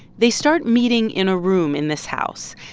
they start meeting in a room in this house.